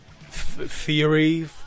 theory